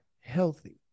healthy